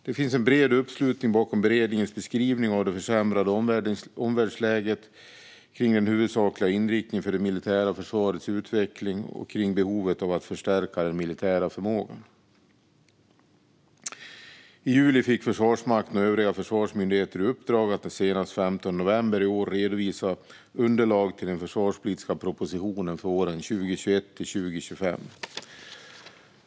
Det finns en bred uppslutning bakom beredningens beskrivning av det försämrade omvärldsläget, kring den huvudsakliga inriktningen för det militära försvarets utveckling och kring behovet av att förstärka den militära förmågan. I juli fick Försvarsmakten och övriga försvarsmyndigheter i uppdrag att senast den 15 november i år redovisa underlag till den försvarspolitiska propositionen för åren 2021-2025.